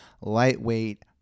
lightweight